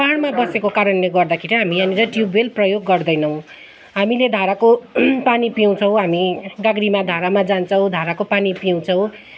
पाहाडमा बसेको कारणले गर्दाखेरि हामी यहाँनिर ट्युब वेल प्रयोग गर्दैनौँ हामीले धाराको पानी पिउछौँ हामी गाग्रीमा धारामा जान्छौँ धाराको पानी पिउछौँ